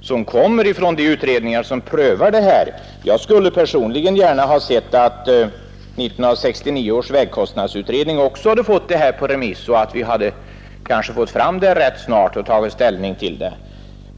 som kommer att läggas fram av de utredningar som prövar dessa frågor. Jag skulle personligen gärna ha sett att 1969 års vägkostnadsutredning också hade fått förslaget på remiss och att vi snart hade kunnat ta ställning till förslaget.